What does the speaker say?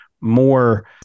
more